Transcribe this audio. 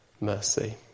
mercy